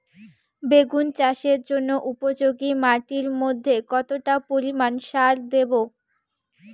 বেগুন চাষের জন্য উপযোগী মাটির মধ্যে কতটা পরিমান সার দেব?